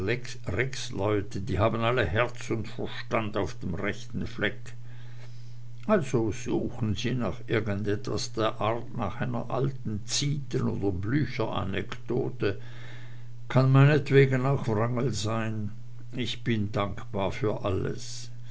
die haben alle herz und verstand auf dem rechten fleck also suchen sie nach irgendwas der art nach einer alten zieten oder blücheranekdote kann meinetwegen auch wrangel sein ich bin dankbar für alles